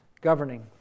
governing